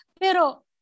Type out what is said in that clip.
Pero